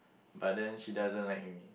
but then she doesn't like me